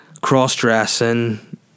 cross-dressing